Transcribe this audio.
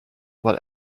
what